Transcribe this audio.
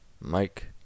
Mike